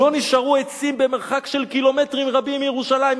לא נשארו עצים במרחק של קילומטרים רבים מירושלים.